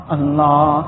Allah